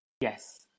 Yes